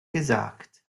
gesagt